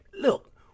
look